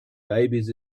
babies